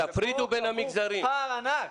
ופה --- פער ענק.